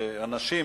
שאנשים,